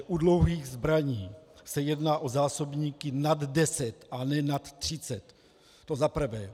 U dlouhých zbraní se jedná o zásobníky nad deset a ne nad třicet, to zaprvé.